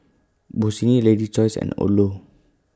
Bossini Lady's Choice and Odlo